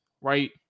right